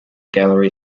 gallery